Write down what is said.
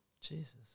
Jesus